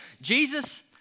Jesus